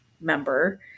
member